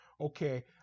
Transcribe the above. Okay